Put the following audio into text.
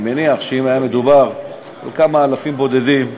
אני מניח שאם היה מדובר בכמה אלפים בודדים,